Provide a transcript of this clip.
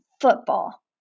football